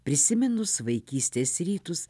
prisiminus vaikystės rytus